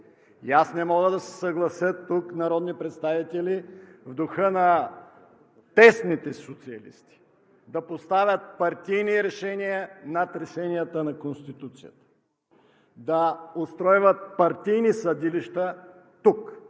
И аз не мога да се съглася тук народни представители, в духа на тесните социалисти, да поставят партийни решения над решенията на Конституцията, да устройват партийни съдилища тук.